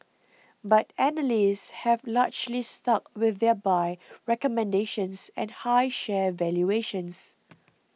but analysts have largely stuck with their buy recommendations and high share valuations